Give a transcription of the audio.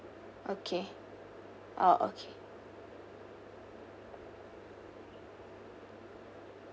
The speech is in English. okay orh okay